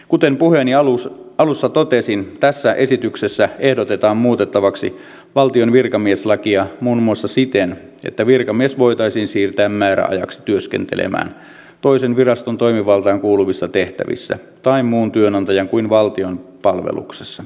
kuten puheeni alussa totesin tässä esityksessä ehdotetaan muutettavaksi valtion virkamieslakia muun muassa siten että virkamies voitaisiin siirtää määräajaksi työskentelemään toisen viraston toimivaltaan kuuluvissa tehtävissä tai muun työnantajan kuin valtion palveluksessa